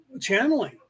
channeling